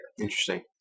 Interesting